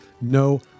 no